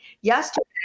yesterday